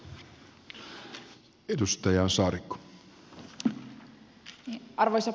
arvoisa puhemies